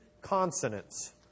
consonants